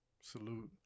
Salute